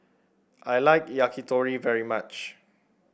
I like Yakitori very much